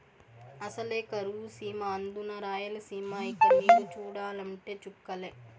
అసలే కరువు సీమ అందునా రాయలసీమ ఇక నీరు చూడాలంటే చుక్కలే